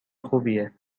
خوبیه